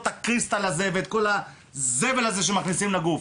את ה- ׳קריסטל׳ הזה ואת שאר הזבל שאתם מכניסים לגוף.